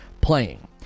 playing